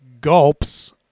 gulps